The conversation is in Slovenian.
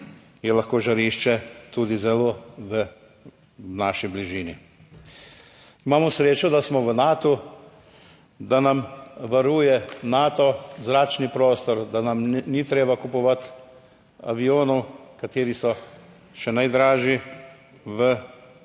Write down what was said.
je lahko žarišče tudi povsem v naši bližini. Imamo srečo, da smo v Natu. Da nam varuje Nato zračni prostor, da nam ni treba kupovati avionov, ki so še najdražji od